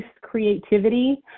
creativity